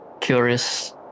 curious